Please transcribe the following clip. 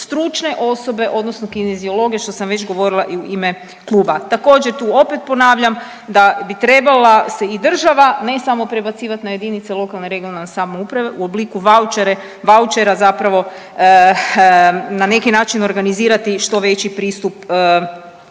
stručne osobe, odnosno kineziologe, što sam već govorila i u ime kluba. Također, tu opet ponavljam da bi trebala se i država, ne samo prebacivati na jedinice lokalne i regionalne samouprave u obliku vaučera zapravo na neki način organizirati i što veći pristup